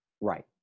Right